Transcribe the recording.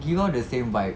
you know the same vibe